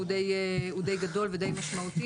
שהוא די גדול ודי משמעותי.